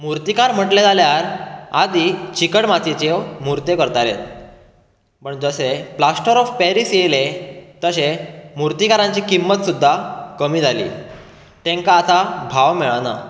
मुर्तीकार म्हटले जाल्यार आदी चिकट मात्येच्यो मुर्ती करताले पूण जशें प्लास्टर ऑफ पेरिस येयले तशें मुर्तीकारांची किंमत सुद्दां कमी जाली तेंका आतां भाव मेळना